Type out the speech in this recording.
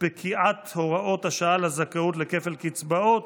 פקיעת הוראת השעה לזכאות לכפל קצבאות.